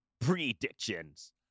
predictions